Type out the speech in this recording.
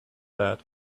that